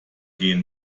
gehen